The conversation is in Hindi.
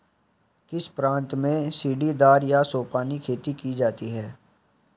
किस प्रांत में सीढ़ीदार या सोपानी खेती की जाती है?